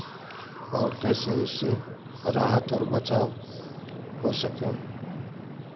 और कैसे उससे राहत और बचाव हो सके